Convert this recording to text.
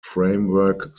framework